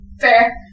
Fair